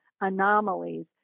anomalies